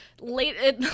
late